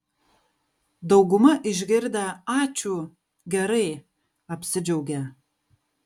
dauguma išgirdę ačiū gerai apsidžiaugia